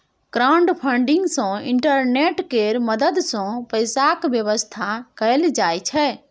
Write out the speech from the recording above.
crowdfunding सँ internet केर मदद सँ पैसाक बेबस्था कएल जाइ छै